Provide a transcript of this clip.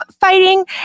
fighting